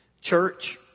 church